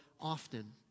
often